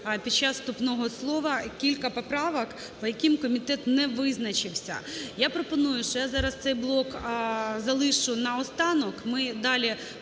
під час вступного слова, кілька поправок, по яким комітет не визначився. Я пропоную, що я зараз цей блок залишу наостанок. Ми далі